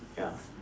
ya